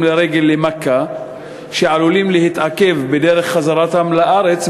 לרגל למכה ועלולים להתעכב בדרך חזרתם לארץ,